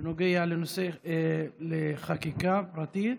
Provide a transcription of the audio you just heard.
חקיקה פרטית.